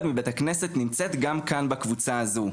מבית הכנסת נמצאת גם כאן בקבוצה הזו.